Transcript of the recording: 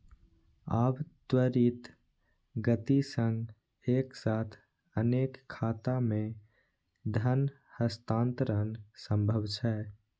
आब त्वरित गति सं एक साथ अनेक खाता मे धन हस्तांतरण संभव छै